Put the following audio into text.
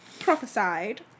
Prophesied